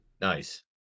Nice